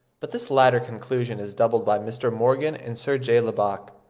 but this latter conclusion is doubted by mr. morgan and sir j. lubbock.